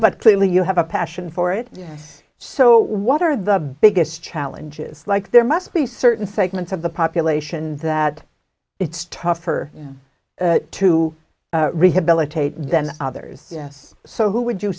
but clearly you have a passion for it yes so what are the biggest challenges like there must be certain segments of the population that it's tougher to rehabilitate than others yes so who would you